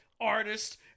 artist